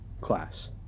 class